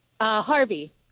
Harvey